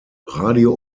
radio